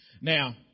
Now